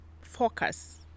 focus